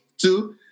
Two